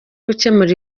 gukemura